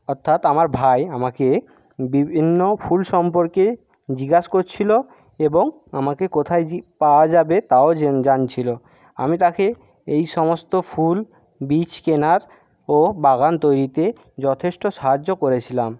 অর্থাৎ আমার ভাই আমাকে বিভিন্ন ফুল সম্পর্কে জিজ্ঞেস করছিলো এবং আমাকে কোথায় যে পাওয়া যাবে তাও জানছিলো আমি তাখে এই সমস্ত ফুল বীজ কেনার ও বাগান তৈরিতে যথেষ্ট সাহায্য করেছিলাম